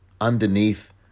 underneath